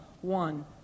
one